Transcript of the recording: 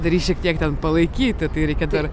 dar jį šiek tiek ten palaikyti reikia dar